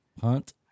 punt